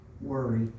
worry